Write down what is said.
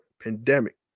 pandemic